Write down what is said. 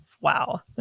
Wow